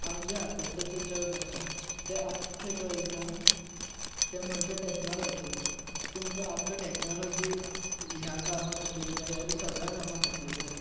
आमचें आतांचें जें जग आसा तें आख्खें चलता तें म्हणजे टॅक्नॉलॉजीचेर तुमकां आमकां टॅक्नॉलॉजी ह्या कामा खातीर जाय आरे सगळ्या कामा खातीर जाय